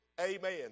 amen